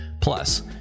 Plus